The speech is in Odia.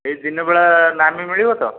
ସେଠି ଦିନବେଳା ନାନ୍ ବି ମିଳିଵ ତ